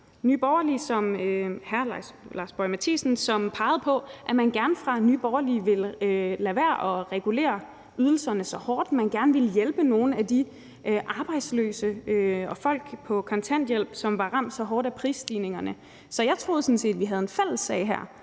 Nye Borgerlige, som pegede på, at man i Nye Borgerlige gerne vil lade være at regulere ydelserne så hårdt, og at man gerne ville hjælpe nogle af de arbejdsløse og folk på kontanthjælp, som var ramt så hårdt af prisstigningerne. Så jeg troede sådan set, at vi havde en fælles sag her,